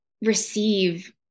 receive